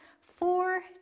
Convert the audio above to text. four